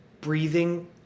breathing